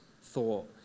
thought